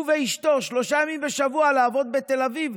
אשתו שלושה ימים בשבוע לעבוד בתל אביב,